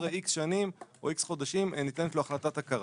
אחרי X שנים או חודשים ניתנת לו החלטת הכרה.